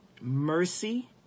mercy